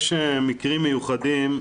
יש מקרים מיוחדים,